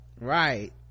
Right